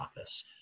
office